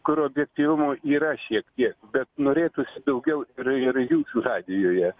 kur objektyvumo yra šiek tiek bet norėtųsi daugiau ir ir jūsų radijuje